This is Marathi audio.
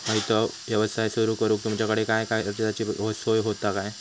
खयचो यवसाय सुरू करूक तुमच्याकडे काय कर्जाची सोय होता काय?